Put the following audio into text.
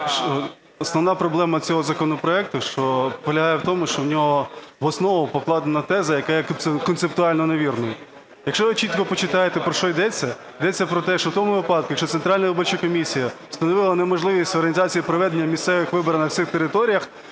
основна проблема цього законопроекту полягає в тому, що в нього в основу покладена теза, яка є концептуально невірною. Якщо ви чітко почитаєте про що ідеться, йдеться про те, що в тому випадку, якщо Центральна виборча комісія встановила неможливість організації і проведення місцевих виборів на цих територіях,